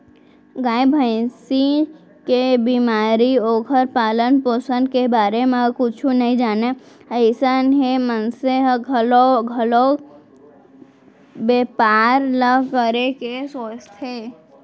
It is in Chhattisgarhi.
गाय, भँइसी के बेमारी, ओखर पालन, पोसन के बारे म कुछु नइ जानय अइसन हे मनसे ह घलौ घलोक बैपार ल करे के सोचथे